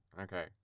okay